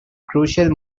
crucial